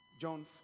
John